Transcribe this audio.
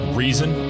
reason